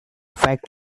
fact